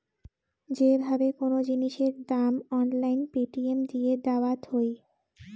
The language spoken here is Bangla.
যে ভাবে কোন জিনিসের দাম অনলাইন পেটিএম দিয়ে দায়াত হই